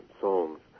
songs